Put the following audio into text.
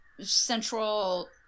central